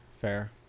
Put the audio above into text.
fair